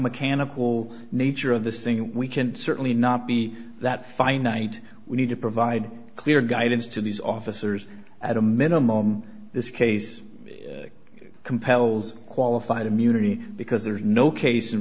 biomechanical nature of this thing we can certainly not be that finite we need to provide clear guidance to these officers at a minimum this case compels qualified immunity because there is no case in